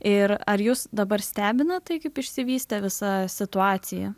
ir ar jus dabar stebina tai kaip išsivystė visa situacija